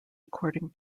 according